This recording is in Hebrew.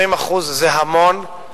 20% זה המון,